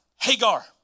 Hagar